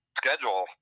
schedule